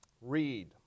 read